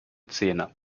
zähne